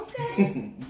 Okay